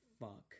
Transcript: fuck